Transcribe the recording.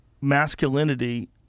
Masculinity